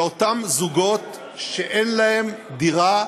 באותם זוגות שאין להם דירה,